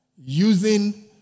using